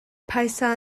phaisa